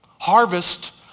Harvest